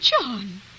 John